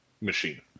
machine